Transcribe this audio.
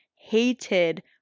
hated